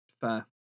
Fair